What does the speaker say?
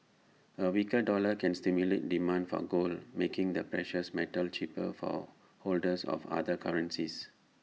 A weaker dollar can stimulate demand for gold making the precious metal cheaper for holders of other currencies